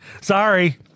Sorry